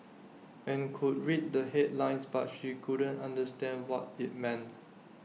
and could read the headlines but she couldn't understand what IT meant